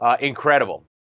Incredible